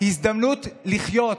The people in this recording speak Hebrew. הזדמנות לחיות,